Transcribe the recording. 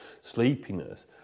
sleepiness